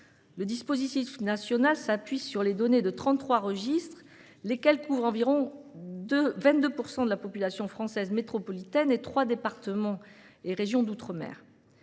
Le dispositif national s'appuie sur les données de 33 registres, qui couvrent environ 22 % de la population française métropolitaine et trois départements et régions d'outre-mer.